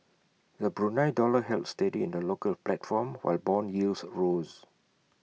the Brunei dollar held steady in the local platform while Bond yields rose